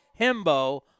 himbo